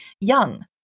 young